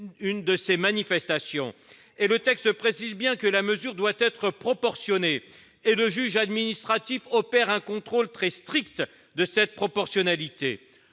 acte violent ». En outre, le texte précise bien que la mesure doit être proportionnée, le juge administratif opérant un contrôle très strict de cette proportionnalité.